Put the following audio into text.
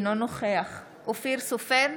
אינו נוכח אופיר סופר,